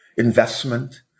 investment